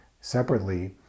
separately